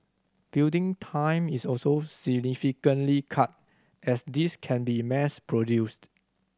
building time is also significantly cut as these can be mass produced